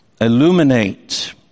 illuminate